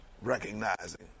recognizing